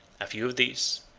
a few of these,